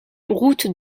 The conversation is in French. route